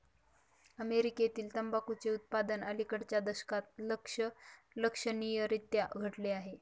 अमेरीकेतील तंबाखूचे उत्पादन अलिकडच्या दशकात लक्षणीयरीत्या घटले आहे